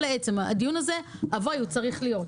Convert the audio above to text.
הדיון הזה אבוי, הוא צריך להיות.